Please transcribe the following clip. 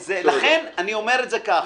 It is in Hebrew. לכן אני אומר את זה כך,